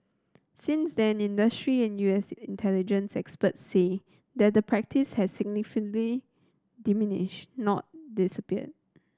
since then industry and U S intelligence experts say that the practice has significantly diminished not disappeared